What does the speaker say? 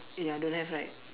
ya don't have right